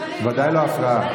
ודאי לא הפרעה.